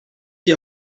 die